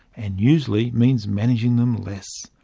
and usually means managing them less.